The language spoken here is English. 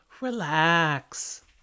relax